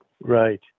right